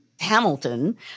Hamilton